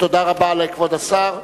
תודה רבה לכבוד השר.